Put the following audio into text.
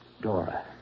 Dora